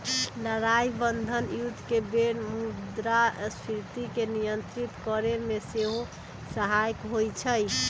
लड़ाइ बन्धन जुद्ध के बेर मुद्रास्फीति के नियंत्रित करेमे सेहो सहायक होइ छइ